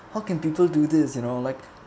how can people do this you know like